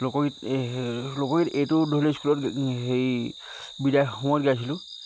লোকগীত এহে লোকগীত এইটো হেৰি স্কুলত সেই বিদায়ৰ সময়ত গাইছিলোঁ